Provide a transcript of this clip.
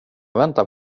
väntar